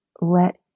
let